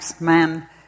man